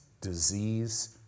disease